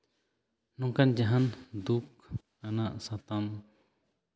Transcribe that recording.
ᱱᱩᱝᱠᱟᱱ ᱡᱟᱦᱟᱱ ᱫᱩᱠ ᱟᱱᱟᱜ ᱥᱟᱛᱟᱢ